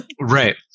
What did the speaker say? right